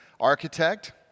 architect